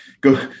Go